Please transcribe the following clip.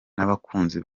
n’abakunzi